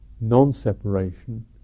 non-separation